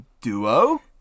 duo